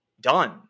done